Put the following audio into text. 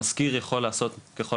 המזכיר יכול לעשות ככל